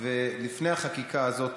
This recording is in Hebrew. ולפני החקיקה הזאת